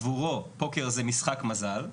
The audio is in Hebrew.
עבורו פוקר זה משחק מזל,